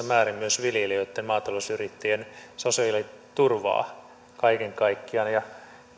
määrin myös viljelijöitten ja maatalousyrittäjien sosiaaliturvaa kaiken kaikkiaan